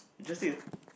you just take a